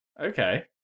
Okay